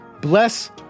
Bless